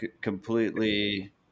completely